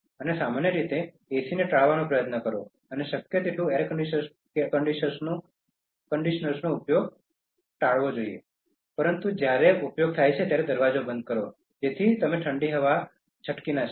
અને સામાન્ય રીતે એસીને ટાળવાનો પ્રયત્ન કરો અને શક્ય તેટલું એર કંડિશનર્સનો ઉપયોગ ટાળવાનો પ્રયાસ કરો પરંતુ જ્યારે ઉપયોગ થાય ત્યારે દરવાજો બંધ કરો જેથી ઠંડી હવા છટકી ન શકે